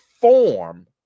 form